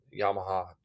Yamaha